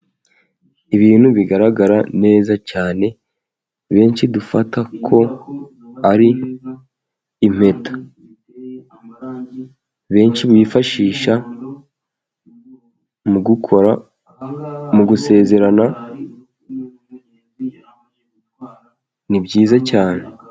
ibintu bigaragara neza cyane benshi dufata ko ari impeta benshi bifashisha mu gukora mu gusezerana ni byiza cyane